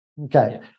Okay